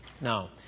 Now